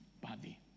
body